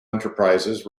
enterprises